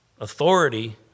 authority